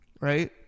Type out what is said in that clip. right